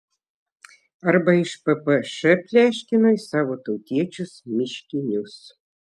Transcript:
arba iš ppš pleškino į savo tautiečius miškinius